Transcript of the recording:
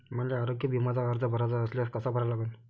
मले आरोग्य बिम्याचा अर्ज भराचा असल्यास कसा भरा लागन?